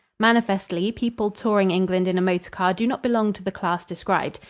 manifestly, people touring england in a motor car do not belong to the class described.